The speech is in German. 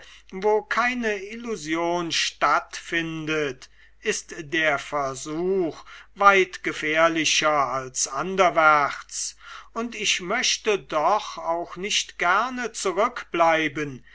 wo keine illusion stattfindet ist der versuch weit gefährlicher als anderwärts und ich möchte doch auch nicht gerne zurückbleiben